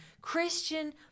Christian